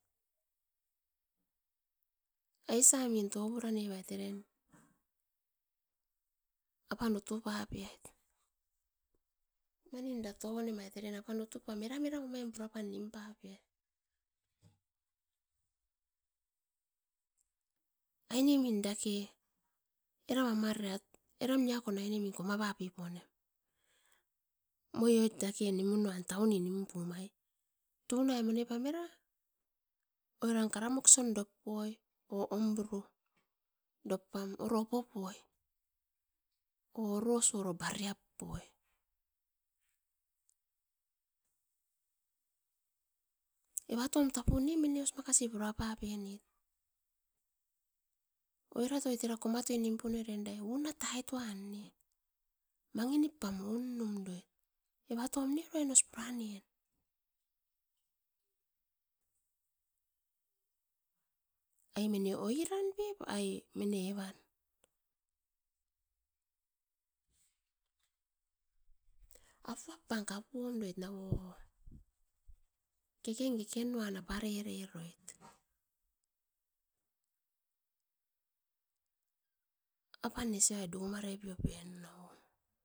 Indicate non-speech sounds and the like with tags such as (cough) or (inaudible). Aisamin topura navait eren apan utu papeait manin era tovone mait apan utu pam eram eram purapam nim papeait. Aine min dake eram amariat eram niakon koma papi ponem. Moi oit dake tauni nim pum ai tunai mone pam era, oiran karamovion doppio o hombru dop pam oro opopoi o oroso oro bariap poi. Evatop tapo ne mine os pura papenit? Oirat era komatoi nim punoi erait unat aitoan era mangi nip pam oun numroit. Evatoan ne os pura nen? Ai mine oiran pep, ai mine evan? Apuap pam kapuom roit nau o, keken keken nan apare reroit, (noise) apan nesiai dumare pino pen nou'aua.